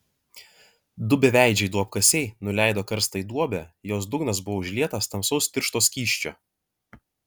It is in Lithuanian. du beveidžiai duobkasiai nuleido karstą į duobę jos dugnas buvo užlietas tamsaus tiršto skysčio